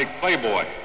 playboy